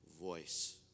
voice